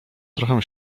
trochę